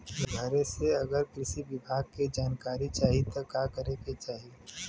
घरे से अगर कृषि विभाग के जानकारी चाहीत का करे के चाही?